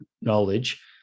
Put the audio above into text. knowledge